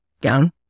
gown